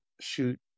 shoot